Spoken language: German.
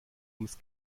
ums